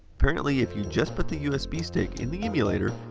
apparantly, if you just put the usb stick in the emulator,